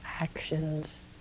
actions